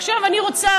עכשיו, אני רוצה,